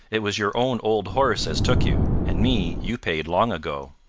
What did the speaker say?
it was your own old horse as took you and me you paid long ago.